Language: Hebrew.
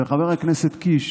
וחבר הכנסת קיש,